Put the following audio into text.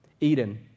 Eden